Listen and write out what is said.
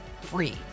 Free